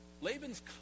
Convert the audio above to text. Laban's